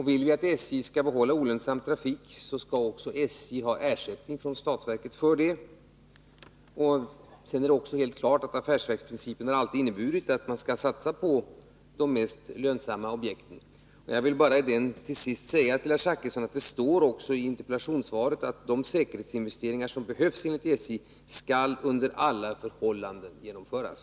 Vill vi att SJ skall behålla olönsam trafik, så skall SJ också ha ersättning från statsverket för det. Vidare är det helt klart att affärsverksprincipen alltid har inneburit att man skall satsa på de mest lönsamma objekten. Till sist vill jag säga till herr Zachrisson att det i interpellationssvaret står: ”De säkerhetsinvesteringar som behövs enligt SJ skall under alla förhållanden genomföras.”